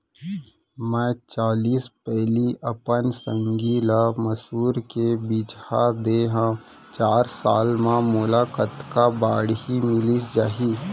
मैं चालीस पैली अपन संगी ल मसूर के बीजहा दे हव चार साल म मोला कतका बाड़ही मिलिस जाही?